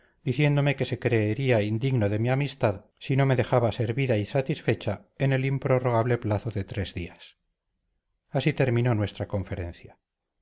diciéndome que se creería indigno de mi amistad si no me dejaba servida y satisfecha en el improrrogable plazo de tres días así terminó nuestra conferencia